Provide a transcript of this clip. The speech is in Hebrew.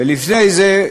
ולפני זה,